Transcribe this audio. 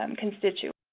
um constituents.